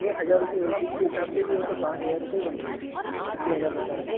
एक हजार रुपए एक दिन के हिसाब से भी हो तो पाँच हजार रुपए ही बन रहे आप छ हजार बता रहे हो